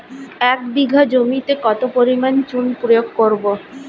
এক বিঘা জমিতে কত পরিমাণ চুন প্রয়োগ করব?